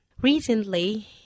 Recently